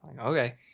Okay